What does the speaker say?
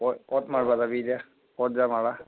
ক'ত ক'ত মাৰিব যাবি এতিয়া ক'ত যাবা